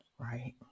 Right